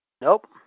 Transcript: Nope